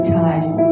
time